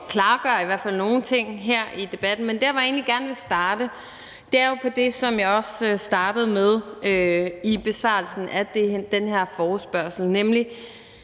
klargøre i hvert fald nogle ting her i debatten. Men der, hvor jeg egentlig gerne vil starte, er det, som jeg også startede med i besvarelsen af den her forespørgsel, nemlig: